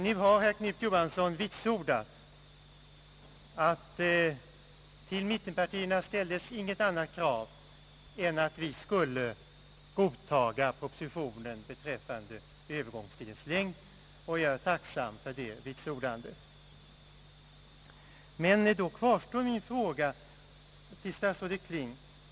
Nu har herr Knut Johansson vitsordat, att till mittenpartierna inte ställdes något annat krav än att de skulle godta propositionen beträffande övergångstidens längd — och jag är tacksam för det vitsordandet. Men då kvarstår min fråga till statsrådet Kling.